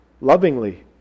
lovingly